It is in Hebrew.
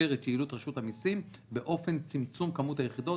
את יעילות רשות המסים באופן צמצום כמות היחידות.